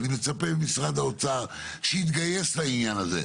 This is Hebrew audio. ואני מצפה ממשרד האוצר שיתגייס לעניין הזה.